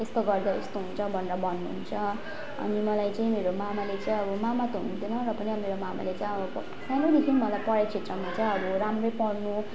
यस्तो गर्दा यस्तो हुन्छ भनेर भन्नुहुन्छ अनि मलाई चाहिँ मेरो मामाले चाहिँ मामा त हुनुहुँदैन र पनि अब मामाले चाहिँ अब सानोदेखि मलाई पढाइ क्षेत्रमा चाहिँ अब राम्रै पढ्नु